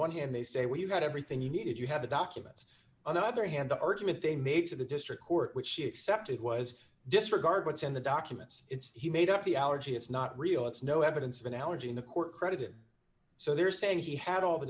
one hand they say we've got everything you need if you have the documents on the other hand the argument they made to the district court which she accepted was disregard what's in the documents he made up the allergy it's not real it's no evidence of analogy in the court credited so they're saying he had all the